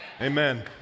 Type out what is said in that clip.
Amen